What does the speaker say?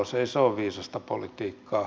ei se ole viisasta politiikkaa